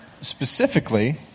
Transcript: Specifically